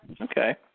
Okay